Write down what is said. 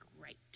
great